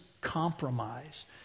compromise